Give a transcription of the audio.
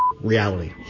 reality